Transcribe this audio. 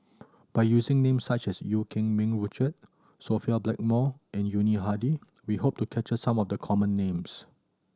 by using names such as Eu Keng Mun Richard Sophia Blackmore and Yuni Hadi we hope to capture some of the common names